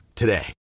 today